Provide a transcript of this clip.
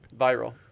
Viral